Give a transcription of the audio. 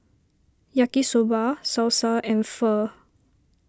Yaki Soba Salsa and Pho